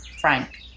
Frank